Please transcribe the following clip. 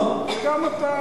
וגם אתה.